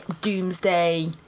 doomsday